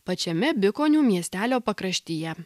pačiame bikonių miestelio pakraštyje